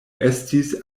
estis